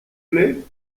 plait